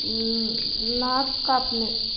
न् नाक कापणे